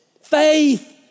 Faith